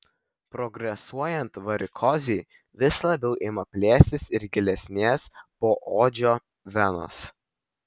progresuojant varikozei vis labiau ima plėstis ir gilesnės poodžio venos